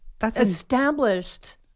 established